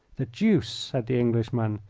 the deuce! said the englishman.